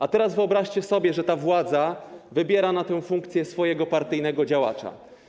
A teraz wyobraźcie sobie, że ta władza wybiera na tę funkcję swojego partyjnego działacza.